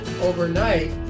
Overnight